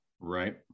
right